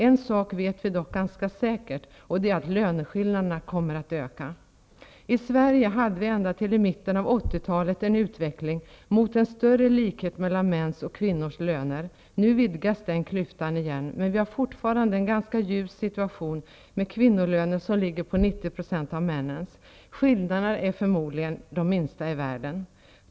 En sak vet vi dock ganska säkert, och det är att löneskillnaderna kommer att öka. I Sverige hade vi ända till mitten av 80-talet en utveckling mot en större likhet mellan mäns och kvinnors löner. Nu vidgas den klyftan igen, men vi har fortfarande en ganska ljus situation med kvinnolöner som ligger på 90 % av männens löner. Skillnaderna är förmodligen de minsta i världen.